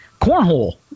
cornhole